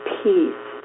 peace